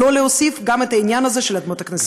גם את העניין הזה של אדמות הכנסייה.